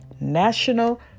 National